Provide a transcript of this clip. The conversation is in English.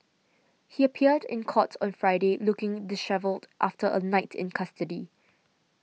he appeared in court on Friday looking dishevelled after a night in custody